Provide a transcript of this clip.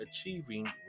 achieving